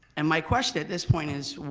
and my question at this point is,